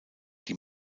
die